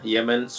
Yemen